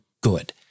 good